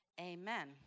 Amen